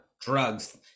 drugs